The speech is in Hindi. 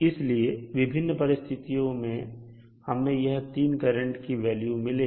इसलिए विभिन्न परिस्थितियों में हमें यह 3 करंट की वैल्यू मिलेंगी